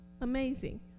Amazing